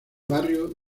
barrio